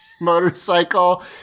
motorcycle